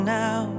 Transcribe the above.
now